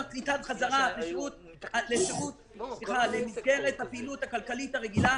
בקליטה בחזרה למסגרת הפעילות הכלכלית הרגילה.